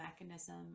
mechanism